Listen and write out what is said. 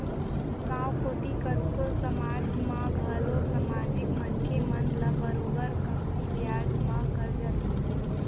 गॉंव कोती कतको समाज मन घलौ समाजिक मनसे मन ल बरोबर कमती बियाज म करजा देथे